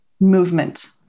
movement